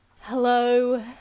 Hello